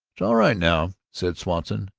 that's all right now, said swanson.